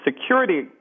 Security